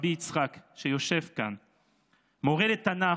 רבי יצחק, שיושב כאן, מורה לתנ"ך,